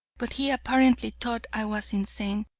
but he apparently thought i was insane,